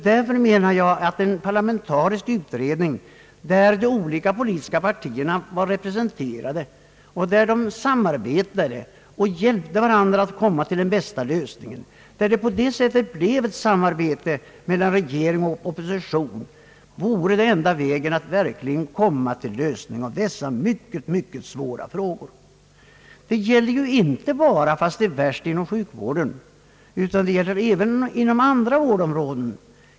Därför anser jag att en parlamentarisk utredning, där de olika politiska partierna är representerade, där de samarbetar och hjälper varandra att komma till den bästa lösningen, där på det sättet ett samarbete kommer till stånd mellan regering och opposition, vore den bästa vägen att verkligen få till stånd en lösning av dessa mycket svåra frågor. Det gäller ju inte bara sjukvården, fast det är värst där, utan även andra vårdområden.